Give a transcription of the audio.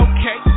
Okay